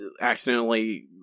accidentally